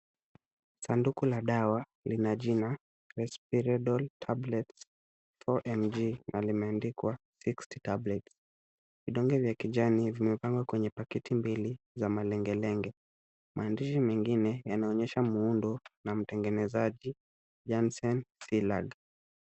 Sanduku la dawa linajina, Respiridol Tablet 4 mg, na limeandikwa mixed tablet . Vidonge vya kijani vimepangwa kwenye pakiti mbili za malenge lenge. Maandishi mengine yanaonyesha muundo na mtengenezaji, Jansen Silag.